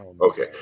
okay